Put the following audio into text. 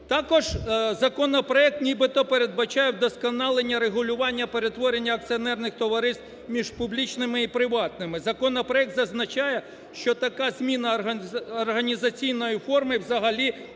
Також законопроект нібито передбачає вдосконалення регулювання перетворення акціонерних товариств між публічними і приватними. Законопроект зазначає, що така зміна організаційної форми взагалі не впливає